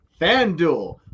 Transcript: FanDuel